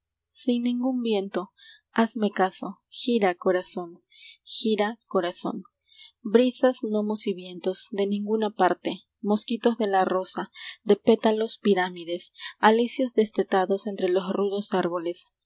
sin ningún viento hazme caso gira corazón gira corazón brisas gnomos y vientos de ninguna parte mosquitos de la rosa de pétalos pirámides alisios destetados entre los rudos árboles